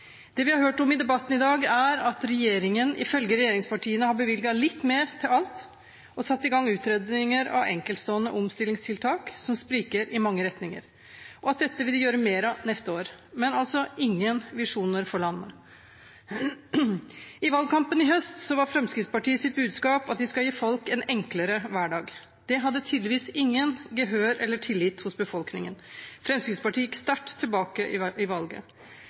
Det vi har hørt om i debatten i dag, er at regjeringen ifølge regjeringspartiene har bevilget litt mer til alt og satt i gang utredninger av enkeltstående omstillingstiltak som spriker i mange retninger, og at dette vil de gjøre mer av neste år – men altså ingen visjoner for landet. I valgkampen i høst var Fremskrittspartiets budskap at de skal gi folk en enklere hverdag. Det hadde tydeligvis ikke gehør eller tillit hos befolkningen. Fremskrittspartiet gikk sterkt tilbake ved valget.